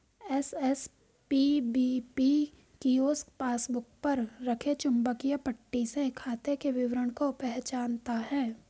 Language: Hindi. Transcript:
एस.एस.पी.बी.पी कियोस्क पासबुक पर रखे चुंबकीय पट्टी से खाते के विवरण को पहचानता है